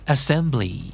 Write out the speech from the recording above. Assembly